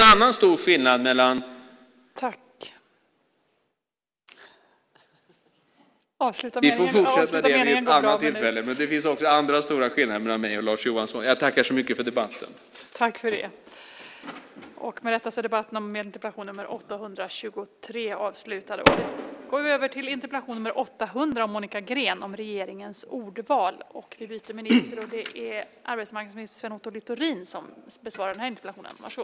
Vi får fortsätta debatten vid ett annat tillfälle.